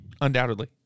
undoubtedly